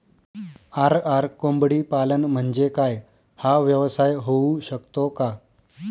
RR कोंबडीपालन म्हणजे काय? हा व्यवसाय होऊ शकतो का?